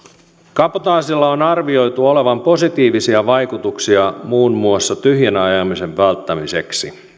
kabotaasilla on arvioitu olevan positiivisia vaikutuksia muun muassa tyhjänä ajamisen välttämisen